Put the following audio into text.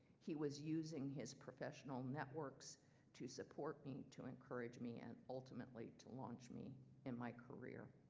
he was using his professional networks to support me, to encourage me and ultimately to launch me in my career.